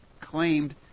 claimed